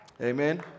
Amen